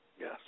yes